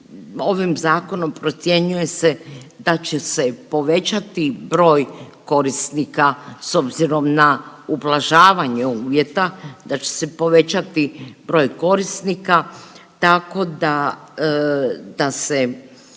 ovim zakonom procjenjuje se da će se povećati broj korisnika s obzirom na ublažavanje uvjeta, da će se povećati broj korisnika tako da se